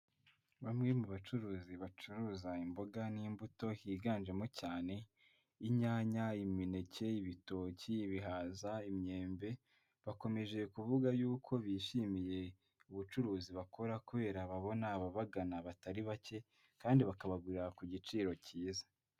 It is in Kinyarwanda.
Bamwe mu bacuruzi bacuruza imboga n'imbuto higanjemo cyane inyanya imineke ibitoki ibihaza imyembe bakomeje kuvuga yuko bishimiye ubucuruzi bakora kubera babona ababagana batari bake kandi bakabagurira ku giciro cyiza.